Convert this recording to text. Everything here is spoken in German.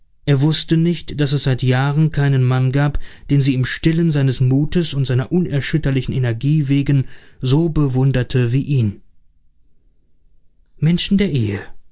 er wußte nicht daß es seit jahren keinen mann gab den sie im stillen seines mutes und seiner unerschütterlichen energie wegen so bewunderte wie ihn menschen der ehe